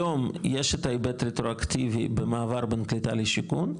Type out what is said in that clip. היום יש את ההיבט הרטרואקטיבי במעבר בין קליטה לשיכון,